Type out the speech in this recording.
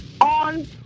on